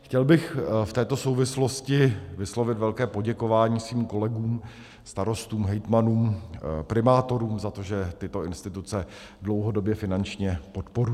Chtěl bych v této souvislosti vyslovit velké poděkování svým kolegům, starostům, hejtmanům, primátorům, za to, že tyto instituce dlouhodobě finančně podporují.